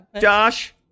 Josh